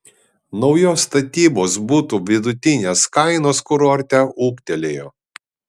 naujos statybos butų vidutinės kainos kurorte ūgtelėjo